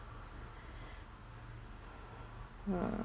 uh